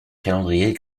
calendrier